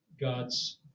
God's